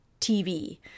TV